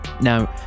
Now